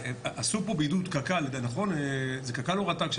עשו פה בידוד, קק"ל יותר נכון, זה קק"ל או רט"ג?